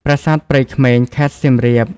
ប្រាសាទព្រៃក្មេង (ខេត្តសៀមរាប)។